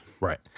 Right